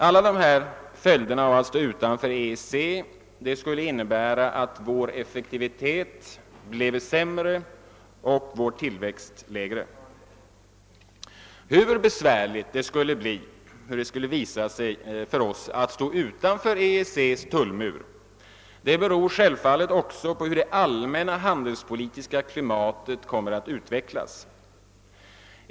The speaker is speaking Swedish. Alla dessa följder av att stå utanför EEC skulle innebära att vår effektivitet bleve sämre och vår ekonomiska tillväxt lägre. Hur besvärligt det skulle bli för oss att stå utanför EEC:s tullmur beror självfallet också på hur det allmänna handelspolitiska klimatet utvecklas.